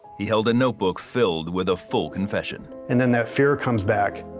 he held a notebook filled with a full confession. and then that fear comes back,